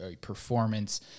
performance